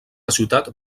ciutat